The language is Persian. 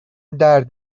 درد